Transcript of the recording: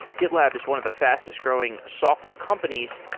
gitlab is one of the fastest growing software companies,